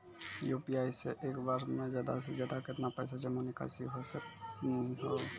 UPI से एक बार मे ज्यादा से ज्यादा केतना पैसा जमा निकासी हो सकनी हो?